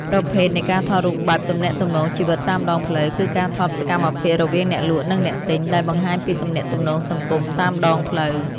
ប្រភេទនៃការថតរូបបែប ទំនាក់ទំនងជីវិតតាមដងផ្លូវ គឺការថតសកម្មភាពរវាងអ្នកលក់ និងអ្នកទិញ ដែលបង្ហាញពីទំនាក់ទំនងសង្គមតាមដងផ្លូវ។